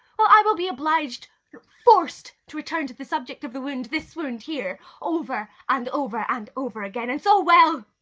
i will be obliged or forced to return to the subject of the wound, this wound here over and over and over again. and so, well,